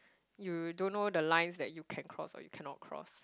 you don't know the lines that you can cross or you cannot cross